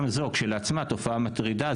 גם זו כשלעצמה תופעה מטרידה.